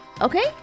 Okay